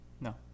No